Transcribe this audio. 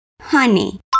Honey